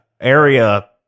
area